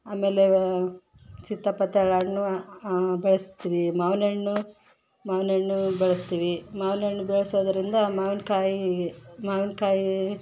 ಆಮೇಲೆ ಸೀತಾಪತ್ತಾಳ್ ಹಣ್ಣು ಬೆಳಸ್ತೀವಿ ಮಾವಿನಹಣ್ಣು ಮಾವಿನಹಣ್ಣು ಬೆಳಸ್ತೀವಿ ಮಾವಿನಹಣ್ಣು ಬೆಳೆಸೋದ್ರಿಂದ ಮಾವಿನಕಾಯಿ ಮಾವಿನಕಾಯಿ